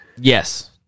Yes